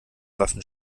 waffen